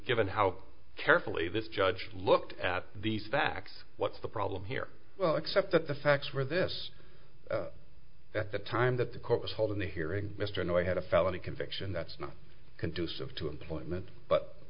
given how carefully this judge looked at these facts what's the problem here well except that the facts were this that the time that the court was holding the hearing mr noir had a felony conviction that's not conducive to employment but